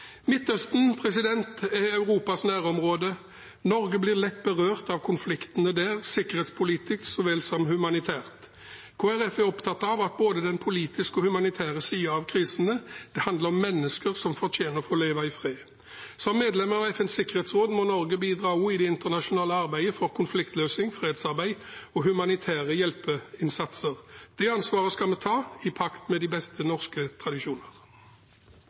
Midtøsten er Europas nærområde. Norge blir lett berørt av konfliktene der, sikkerhetspolitisk så vel som humanitært. Kristelig Folkeparti er opptatt av både den politiske og den humanitære siden av krisene. Det handler om mennesker som fortjener å få leve i fred. Som medlem av FNs sikkerhetsråd må Norge også bidra i det internasjonale arbeidet for konfliktløsning, fredsarbeid og humanitær hjelpeinnsats. Det ansvaret skal vi ta – i pakt med de beste norske tradisjoner.